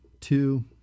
two